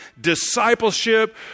discipleship